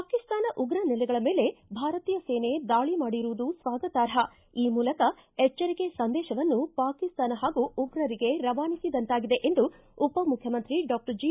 ಪಾಕಿಸ್ತಾನ ಉಗ್ರ ನೆಲೆಗಳ ಮೇಲೆ ಭಾರತೀಯ ಸೇನೆ ದಾಳ ಮಾಡಿರುವುದು ಸ್ನಾಗತಾರ್ಹ ಈ ಮೂಲಕ ಎಚ್ಚರಿಕೆ ಸಂದೇಶವನ್ನು ಪಾಕಿಸ್ತಾನ ಹಾಗೂ ಉಗ್ರರಿಗೆ ರವಾನಿಸಿದಂತಾಗಿದೆ ಎಂದು ಉಪ ಮುಖ್ಯಮಂತ್ರಿ ಡಾಕ್ಟರ್ ಜಿ